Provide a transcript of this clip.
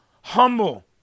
humble